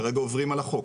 כרגע עוברים על החוק.